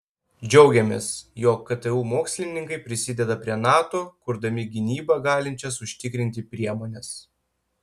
džiaugiamės jog ktu mokslininkai prisideda prie nato kurdami gynybą galinčias užtikrinti priemones